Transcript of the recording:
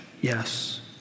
yes